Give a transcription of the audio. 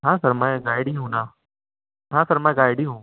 ہاں سر میں گائیڈ ہی ہوں نا ہاں سر میں گائیڈ ہی ہوں